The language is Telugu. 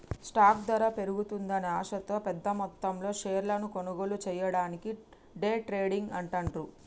స్టాక్ ధర పెరుగుతుందనే ఆశతో పెద్దమొత్తంలో షేర్లను కొనుగోలు చెయ్యడాన్ని డే ట్రేడింగ్ అంటాండ్రు